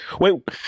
Wait